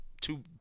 two